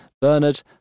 Bernard